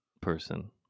person